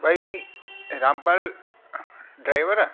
भई रामपाल ड्राइवर